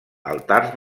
altars